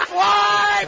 Fly